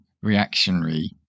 reactionary